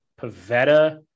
Pavetta